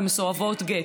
ומסורבות גט.